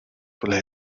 will